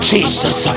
Jesus